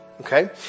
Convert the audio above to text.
Okay